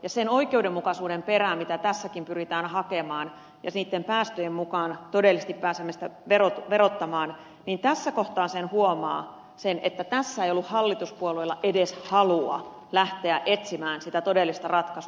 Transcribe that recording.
ja siihen oikeudenmukaisuuteen viitaten mitä tässäkin pyritään hakemaan ja niitten todellisten päästöjen mukaan verottamaan tässä kohtaa huomaa sen että tässä ei ollut hallituspuolueilla edes halua lähteä etsimään sitä todellista ratkaisua